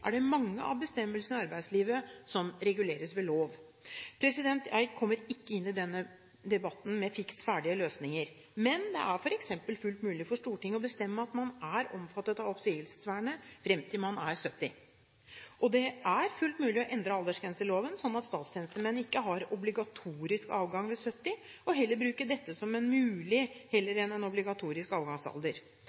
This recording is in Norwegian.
er det mange av bestemmelsene i arbeidslivet som reguleres ved lov. Jeg kommer ikke inn i denne debatten med fiks ferdige løsninger, men det er f.eks. fullt mulig for Stortinget å bestemme at man er omfattet av oppsigelsesvernet fram til man er 70. Det er fullt mulig å endre aldersgrenseloven slik at statstjenestemenn ikke har obligatorisk avgang ved 70 – og heller bruke dette som en mulig heller enn en obligatorisk avgangsalder.